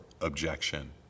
objection